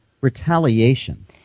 retaliation